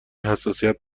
حساسیت